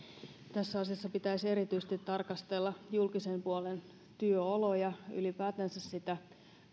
tässä asiassa pitäisi erityisesti tarkastella julkisen puolen työoloja ylipäätänsä sitä